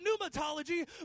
pneumatology